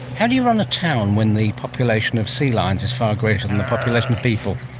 how do you run a town when the population of sea lions is far greater than the population of people?